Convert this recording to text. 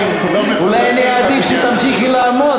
אולי אני אעדיף שתמשיכי לעמוד,